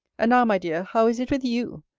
and now, my dear, how is it with you?